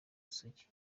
gisozi